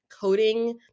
coding